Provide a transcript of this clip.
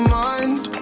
mind